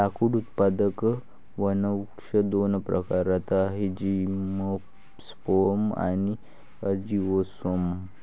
लाकूड उत्पादक वनवृक्ष दोन प्रकारात आहेतः जिम्नोस्पर्म आणि अँजिओस्पर्म